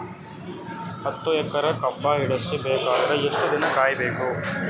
ಹತ್ತು ಎಕರೆ ಕಬ್ಬ ಇಳಿಸ ಬೇಕಾದರ ಎಷ್ಟು ದಿನ ಕಾಯಿ ಬೇಕು?